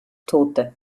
tote